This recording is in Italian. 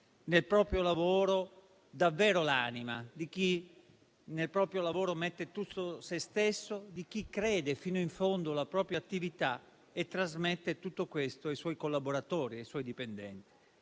nel proprio lavoro ci mette davvero l'anima, di chi nel proprio lavoro mette tutto sé stesso, di chi crede fino in fondo nella propria attività e trasmette tutto questo ai suoi collaboratori e ai suoi dipendenti.